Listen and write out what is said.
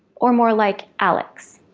or more like alex?